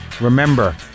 Remember